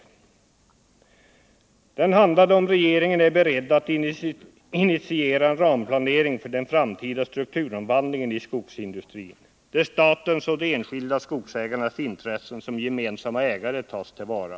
Frågan handlade om regeringen är beredd att initiera en ramplanering för den framtida strukturomvandlingen i skogsindustrin, där statens och de enskilda skogsägarnas intressen, som gemensamma ägare, tas till vara.